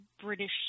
British